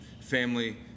family